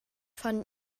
von